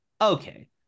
okay